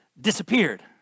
disappeared